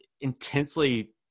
intensely